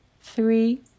three